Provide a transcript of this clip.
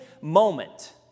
moment